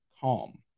Calm